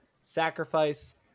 sacrifice